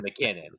McKinnon